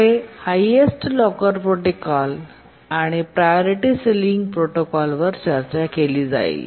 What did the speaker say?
पुढे highest locker protocol आणि priority ceiling प्रोटोकॉलवर चर्चा केली जाईल